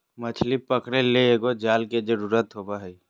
मछली पकरे ले एगो जाल के जरुरत होबो हइ